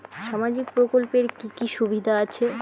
সামাজিক প্রকল্পের কি কি সুবিধা আছে?